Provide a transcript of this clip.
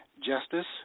justice